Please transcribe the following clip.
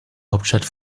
hauptstadt